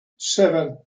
seven